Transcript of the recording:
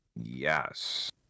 Yes